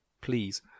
Please